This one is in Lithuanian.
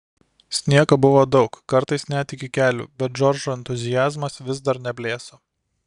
sniego buvo daug kartais net iki kelių bet džordžo entuziazmas vis dar neblėso